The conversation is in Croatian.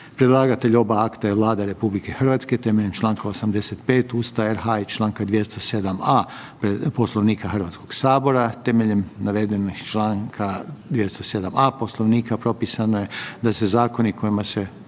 Predlagatelj oba akta je Vlada RH temeljem čl. 85. Ustava RH i čl. 207a. Poslovnika HS. Temeljem navedenih članka 207a. Poslovnika propisano je da se zakoni kojima se